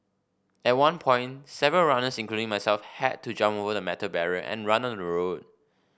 at one point several runners including myself had to jump over the metal barrier and run on the road